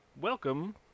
welcome